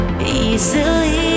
Easily